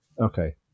Okay